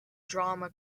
drama